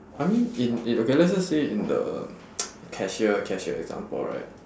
I mean in in okay let's just say in the cashier cashier example right